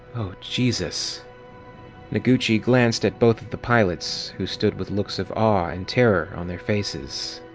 oh, jesus noguchi glanced at both of the pilots, who stood with looks of awe and terror on their faces.